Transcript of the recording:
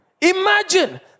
Imagine